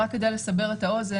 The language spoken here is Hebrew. רק כדי לסבר את האוזן,